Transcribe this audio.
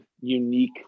unique